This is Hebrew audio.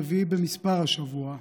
רביעי במספר השבוע,